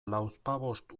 lauzpabost